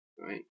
right